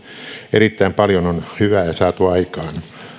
erittäin paljon on hyvää saatu aikaan